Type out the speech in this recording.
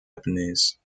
japanese